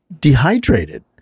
dehydrated